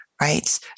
right